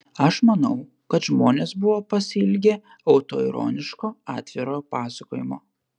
aš manau kad žmonės buvo pasiilgę autoironiško atviro pasakojimo